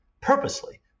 purposely